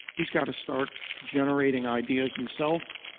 he's got to start generating ideas himself.